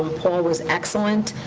um paul was excellent,